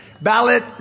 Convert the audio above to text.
ballot